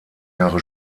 jahre